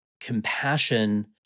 compassion